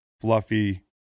fluffy